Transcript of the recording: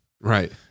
Right